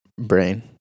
brain